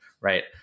right